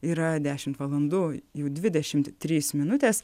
yra dešimt valandų jau dvidešim trys minutės